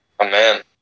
Amen